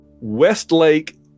Westlake